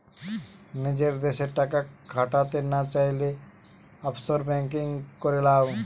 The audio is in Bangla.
নিজের দেশে টাকা খাটাতে না চাইলে, অফশোর বেঙ্কিং করে লাও